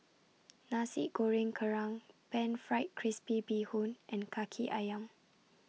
Nasi Goreng Kerang Pan Fried Crispy Bee Hoon and Kaki Ayam